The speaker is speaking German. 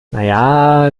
naja